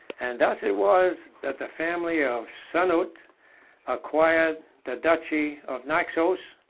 and thus it was that the family of sanut acquired the duchy of naxos,